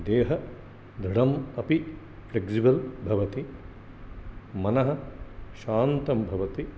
देह दृढम् अपि फ्लेक्सिबल् भवति मनः शान्तं भवति